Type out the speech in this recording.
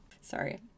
Sorry